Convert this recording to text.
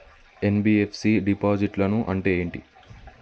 NBFC డిపాజిట్లను అంటే ఏంటి?